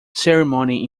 ceremony